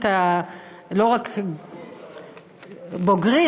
לא רק בוגרים,